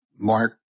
Mark